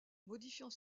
modifiant